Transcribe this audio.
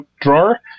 drawer